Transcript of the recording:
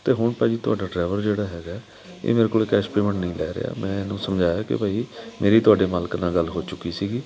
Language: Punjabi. ਅਤੇ ਹੁਣ ਭਾਅ ਜੀ ਤੁਹਾਡਾ ਡਰਾਈਵਰ ਜਿਹੜਾ ਹੈਗਾ ਇਹ ਮੇਰੇ ਕੋਲ ਕੈਸ਼ ਪੇਮੈਂਟ ਨਹੀਂ ਲੈ ਰਿਹਾ ਮੈਂ ਇਹਨੂੰ ਸਮਝਾਇਆ ਕਿ ਭਾਈ ਮੇਰੀ ਤੁਹਾਡੇ ਮਾਲਕ ਨਾਲ ਗੱਲ ਹੋ ਚੁੱਕੀ ਸੀਗੀ